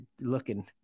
looking